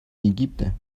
египта